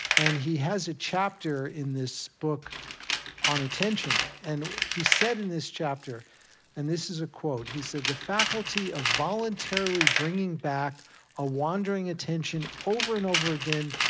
and he has a chapter in this book on attention. and he said in this chapter and this is a quote he said, the faculty of voluntarily bringing back a wandering attention, over and over again,